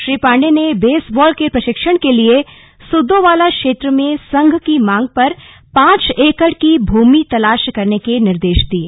श्री पाण्डेय ने बेसबॉल के प्रशिक्षण के लिये सुद्धोवाला क्षेत्र में संघ की मांग पर पांच एकड़ की भूमि तलाश करने के निर्देश दिये